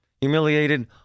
Humiliated